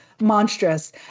monstrous